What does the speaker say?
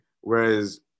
Whereas